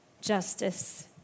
justice